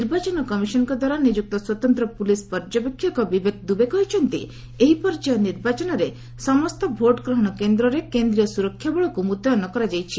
ନିର୍ବାଚନ କମିଶନଙ୍କ ଦ୍ୱାରା ନିଯୁକ୍ତ ସ୍ୱତନ୍ତ ପୁଲିସ୍ ପର୍ଯ୍ୟବେକ୍ଷକ ବିବେକ ଦୁବେ କହିଛନ୍ତି ଏହି ପର୍ଯ୍ୟାୟ ନିର୍ବାଚନରେ ସମସ୍ତ ଭୋଟ୍ ଗ୍ରହଣ କେନ୍ଦ୍ରରେ କେନ୍ଦ୍ରୀୟ ସୁରକ୍ଷାବଳକୁ ମୁତ୍ୟନ କରାଯାଇଛି